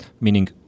meaning